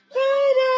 right